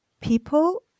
People